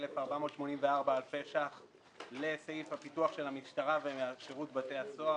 87,484 אלפי שקלים לסעיף הפיתוח של המשטרה ושירות בתי הסוהר.